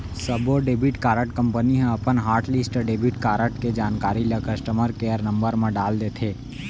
सब्बो debit card company ह अपन हॉटलिस्ट डेबिट कारड के जानकारी ल कस्टमर केयर नंबर म डाल देथे